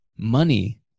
Money